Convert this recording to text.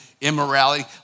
immorality